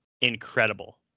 incredible